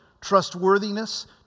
trustworthiness